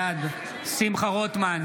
בעד שמחה רוטמן,